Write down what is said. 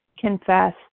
confess